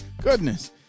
Goodness